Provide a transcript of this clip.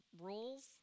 rules